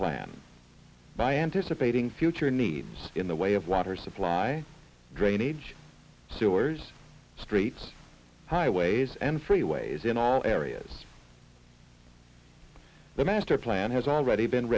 plan by anticipating future needs in the way of water supply drainage sewers streets highways and freeways in all areas the master plan has already been